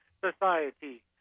society